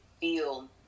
feel